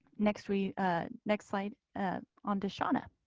next week next slide. and onto shawna.